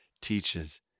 teaches